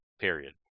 period